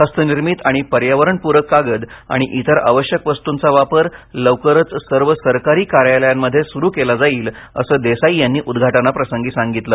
हस्तनिर्मित आणि पर्यावरणपूरक कागद आणि इतर आवश्यक वस्तूंचा वापर लवकरच सर्व सरकारी कार्यालयांमध्ये सुरू केला जाईल असं देसाई यांनी उद्घाटनाप्रसंगी सांगितलं